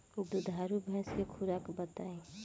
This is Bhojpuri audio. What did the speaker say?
दुधारू भैंस के खुराक बताई?